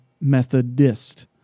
methodist